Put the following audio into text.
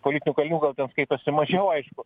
politinių kalinių gal ten skaitosi mažiau aišku